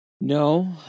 No